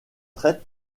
traite